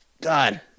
God